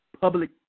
public